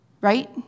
right